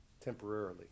temporarily